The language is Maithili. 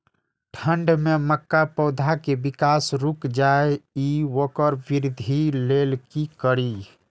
ठंढ में मक्का पौधा के विकास रूक जाय इ वोकर वृद्धि लेल कि करी?